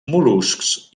mol·luscs